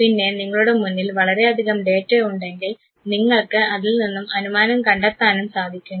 പിന്നെ നിങ്ങളുടെ മുന്നിൽ വളരെയധികം ഡാറ്റ ഉണ്ടെങ്കിൽ നിങ്ങൾക്ക് അതിൽ നിന്നും അനുമാനം കണ്ടെത്താനും സാധിക്കുന്നു